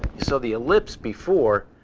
saw the ellipse before.